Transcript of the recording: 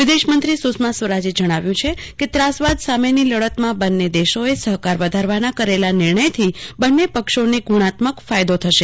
વિદેશમંત્રી સુષ્મા સ્વરાજે જણાવ્યું છે કેત્રાસવાદ સામેની લડતમાં બંને દેશોએ સહકાર વધારવાના કરેલા નિર્ણયથી બંને પક્ષોને ગુણાત્મક ફાયદો થશે